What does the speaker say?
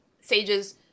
Sage's